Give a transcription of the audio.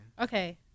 Okay